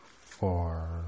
four